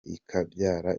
ikabyara